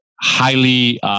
highly